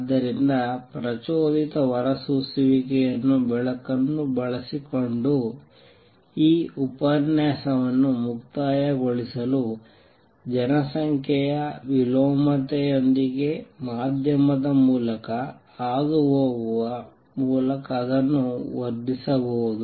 ಆದ್ದರಿಂದ ಪ್ರಚೋದಿತ ಹೊರಸೂಸುವಿಕೆಯ ಬೆಳಕನ್ನು ಬಳಸಿಕೊಂಡು ಈ ಉಪನ್ಯಾಸವನ್ನು ಮುಕ್ತಾಯಗೊಳಿಸಲು ಜನಸಂಖ್ಯೆಯ ವಿಲೋಮತೆಯೊಂದಿಗೆ ಮಾಧ್ಯಮದ ಮೂಲಕ ಹಾದುಹೋಗುವ ಮೂಲಕ ಅದನ್ನು ವರ್ಧಿಸಬಹುದು